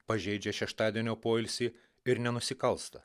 pažeidžia šeštadienio poilsį ir nenusikalsta